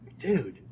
Dude